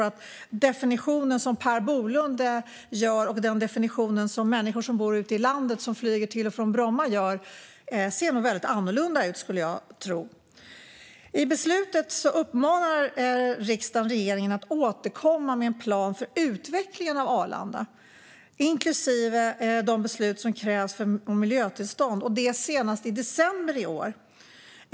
Den definition som Per Bolund gör och den definition som människor som bor ute i landet som flyger till och från Bromma gör ser nog väldigt annorlunda ut skulle jag tro. I tillkännagivandet uppmanar riksdagen regeringen att återkomma med en plan för utvecklingen av Arlanda inklusive de beslut som krävs om miljötillstånd, och det senast i december i år.